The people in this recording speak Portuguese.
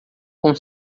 com